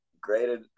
great